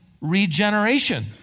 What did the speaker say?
regeneration